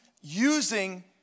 using